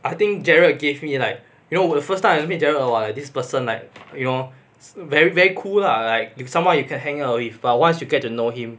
I think gerald gave me like you know for the first time I meet gerald !wah! this person like you know very very cool lah like it's somebody you can hang out with but once you get to know him